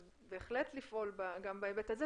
אז בהחלט לפעול גם בהיבט הזה.